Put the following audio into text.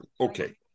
Okay